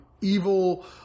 evil